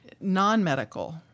non-medical